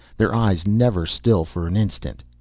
their eyes never still for an instant.